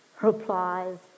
replies